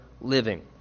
living